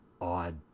odd